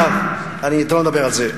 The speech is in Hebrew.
אגב, טוב, לא נדבר על זה.